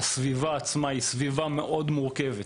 הסביבה עצמה היא סביבה מאוד מורכבת,